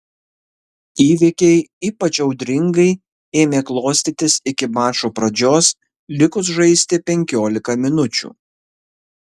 įvykiai ypač audringai ėmė klostytis iki mačo pradžios likus žaisti penkiolika minučių